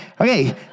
Okay